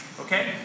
Okay